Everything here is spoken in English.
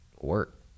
work